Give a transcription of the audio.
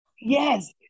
Yes